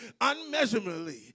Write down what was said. unmeasurably